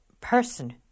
person